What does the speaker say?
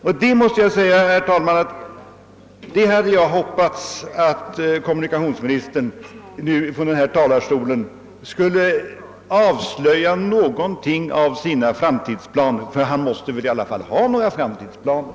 Jag måste säga, herr talman, att jag hade hoppats att kommunikationsministern från denna talarstol skulle avslöja någonting om sina framtidsplaner. Ty han måste väl i alla fall ha några framtidsplaner!